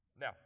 now